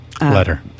letter